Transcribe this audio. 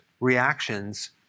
reactions